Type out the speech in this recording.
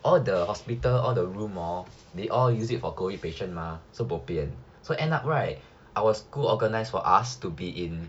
all the hospital all the room orh they all use it for COVID patient mah so bo pian so end up right our school organised for us to be in